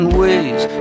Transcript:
ways